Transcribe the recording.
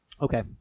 Okay